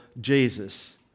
Jesus